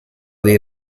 dei